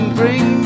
bring